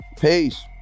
Peace